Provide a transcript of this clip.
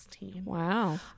Wow